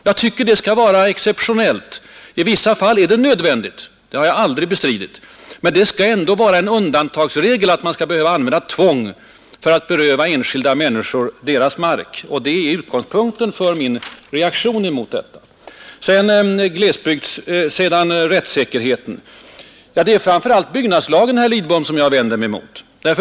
Jag tycker det skall vara en exceptionell metod. I vissa fall är det nödvändigt — det har jag aldrig bestridit — men det skall höra till undantagen att behöva använda tvång för att beröva enskilda människor deras mark. Det är bakgrunden för min reaktion emot förslaget. Beträffande rättssäkerheten vill jag säga att det framför allt är byggnadslagen, herr Lidbom, som jag vänder mig mot.